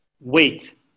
wait